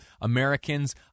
Americans